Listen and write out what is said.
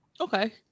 Okay